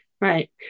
right